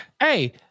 hey